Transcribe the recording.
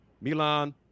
Milan